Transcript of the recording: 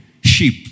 sheep